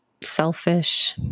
selfish